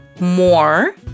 more